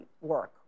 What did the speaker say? work